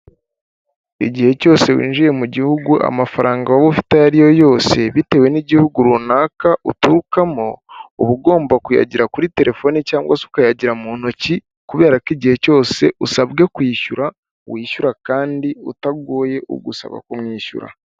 Igihe cyose winjiye mu gihugu amafaranga wowe ufite ayo ari yo yose bitewe n'igihugu runaka uturukamo uba ugomba kuyagira kuri terefone cyangwa se ukayagira mu ntoki kubera ko igihe cyose usabwe kwishyura wishyura kandi utagoye ugusaba kumwishyura.